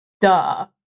duh